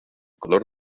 color